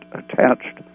attached